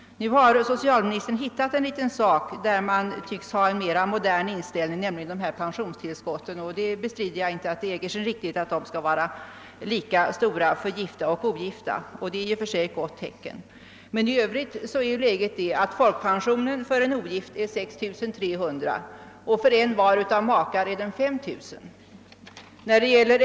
Nu har socialministern hittat en liten detalj där man tycks ha en mer mo dern inställning, nämligen pensionstillskotten och jag bestrider inte att det äger sin riktighet att de skall vara lika stora för gifta och ogifta. Det är i och för sig ett gott tecken, men i övrigt är läget sådant att folkpensionen för en ogift är 6 300 kronor och för en var av makar 5000 kronor.